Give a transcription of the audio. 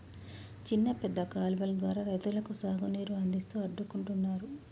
చిన్న పెద్ద కాలువలు ద్వారా రైతులకు సాగు నీరు అందిస్తూ అడ్డుకుంటున్నారు